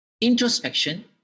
Introspection